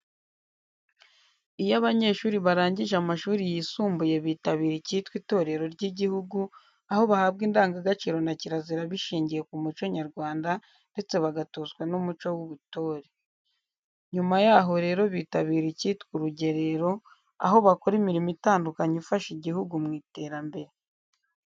Iyo abanyeshuri barangije amashuri yisumbuye bitabira icyitwa itorero ry'igihugu, aho bahabwa indangagaciro na kirazira bishingiye ku muco nyarwanda ndetse bagatozwa n'umuco w'ubutore. Nyuma y'aho rero bitabira icyitwa urugerero aho bakora imirimo itandukanye ifasha iguhugu mu iterambere.